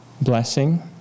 Blessing